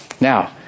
Now